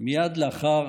מייד לאחר